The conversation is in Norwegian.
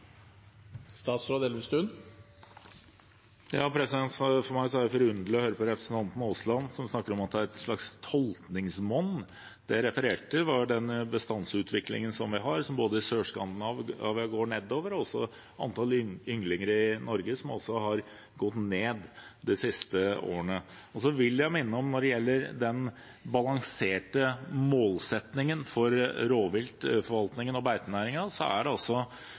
forunderlig å høre representanten Aasland snakke om at det er et slags tolkningsmonn. Det jeg refererte til, var den bestandsutviklingen vi har, som går nedover i Sør-Skandinavia, og antall ynglinger i Norge har gått ned de siste årene. Så vil jeg minne om at når det gjelder den balanserte målsettingen for rovviltforvaltningen og beitenæringen, er